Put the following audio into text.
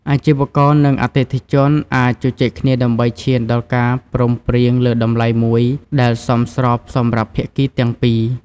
អាជីវករនិងអតិថិជនអាចជជែកគ្នាដើម្បីឈានដល់ការព្រមព្រៀងលើតម្លៃមួយដែលសមស្របសម្រាប់ភាគីទាំងពីរ។